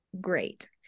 great